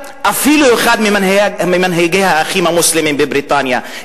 אפילו אחד ממנהיגי "האחים המוסלמים" בבריטניה,